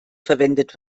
verwendet